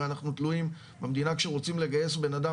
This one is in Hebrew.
הרי אנחנו תלויים במדינה כשרוצים לגייס בן אדם,